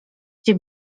cię